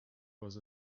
was